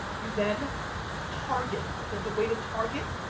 you then target, there's a way to target,